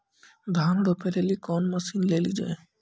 धान रोपे लिली कौन मसीन ले लो जी?